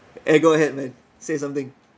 eh go ahead man say something